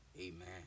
Amen